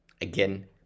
Again